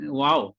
wow